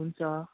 हुन्छ